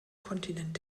kontinent